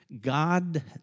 God